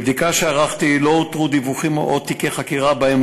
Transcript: בבדיקה שערכתי לא אותרו דיווחים או תיקי חקירה שבהם